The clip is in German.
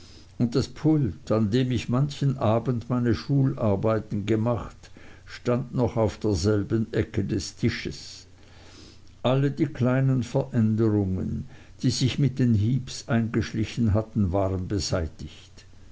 und das pult an dem ich manchen abend meine schularbeiten gemacht stand noch auf derselben ecke des tischs alle die kleinen veränderungen die sich mit den heeps eingeschlichen hatten waren beseitigt